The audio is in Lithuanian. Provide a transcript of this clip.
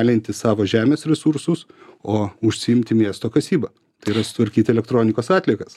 alinti savo žemės resursus o užsiimti miesto kasyba tai yra sutvarkyti elektronikos atliekas